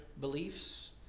beliefs